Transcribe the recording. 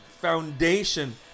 foundation